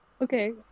Okay